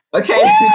Okay